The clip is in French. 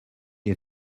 est